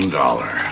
dollar